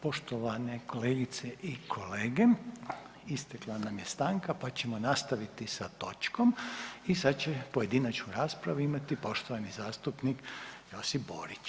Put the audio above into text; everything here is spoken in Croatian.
Poštovane kolegice i kolege, istekla nam je stanka pa ćemo nastaviti sa točkom i sada će pojedinačnu raspravu imati poštovani zastupnik Josip Borić.